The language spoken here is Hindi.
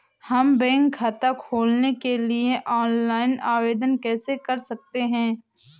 हम बैंक खाता खोलने के लिए ऑनलाइन आवेदन कैसे कर सकते हैं?